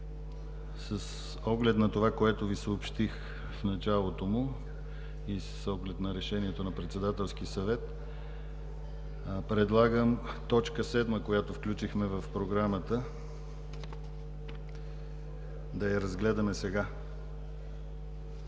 С оглед на това, което Ви съобщих в началото му, и с оглед решението на Председателския съвет, предлагам точка седма, която включихме в Програмата, да я разгледаме сега